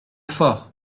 fort